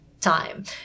time